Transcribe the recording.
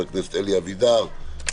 אלי אבידר,